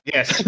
Yes